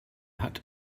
hat